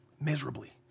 miserably